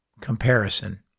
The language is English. comparison